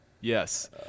Yes